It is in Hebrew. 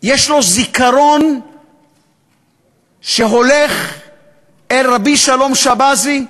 יש לו זיכרון שהולך אל רבי שלום שבזי: